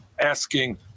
asking